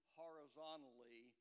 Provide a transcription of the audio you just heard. horizontally